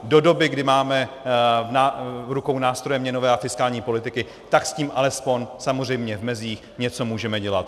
Do doby, kdy máme v rukou nástroje měnové a fiskální politiky, tak s tím alespoň samozřejmě v mezích něco můžeme dělat.